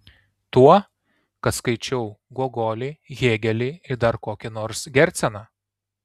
tuo kad skaičiau gogolį hėgelį ir dar kokį nors gerceną